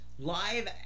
Live